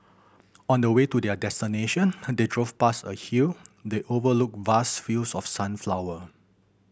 on the way to their destination they drove past a hill that overlooked vast fields of sunflower